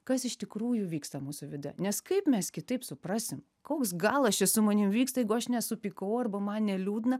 kas iš tikrųjų vyksta mūsų viduje nes kaip mes kitaip suprasim koks galas čia su manim vyksta jeigu aš nesupykau arba man neliūdna